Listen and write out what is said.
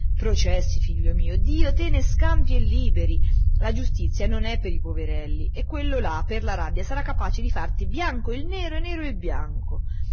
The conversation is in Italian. processi figlio mio dio te ne scampi e liberi la giustizia non è per i poverelli e quello là per la rabbia sarà capace di farti bianco il nero e nero il bianco